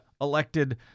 elected